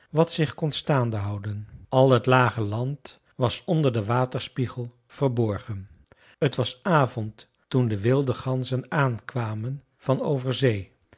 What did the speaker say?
wat zich kon staande houden al het lage land was onder den waterspiegel verborgen het was avond toen de wilde ganzen aankwamen van over zee